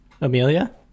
Amelia